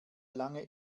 lange